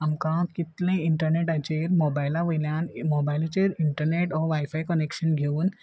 आमकां कितले इंटरनेटाचेर मोबायला वयल्यान मोबायलाचेर इंटरनेट हो वायफाय कनेक्शन घेवन